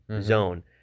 zone